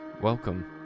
Welcome